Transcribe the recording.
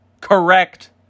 correct